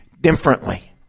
differently